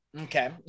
Okay